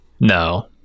no